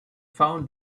found